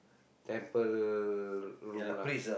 temple room lah